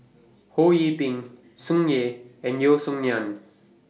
Ho Yee Ping Tsung Yeh and Yeo Song Nian